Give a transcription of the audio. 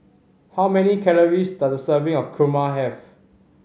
how many calories does a serving of kurma have